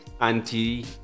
anti